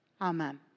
Amen